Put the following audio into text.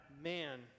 man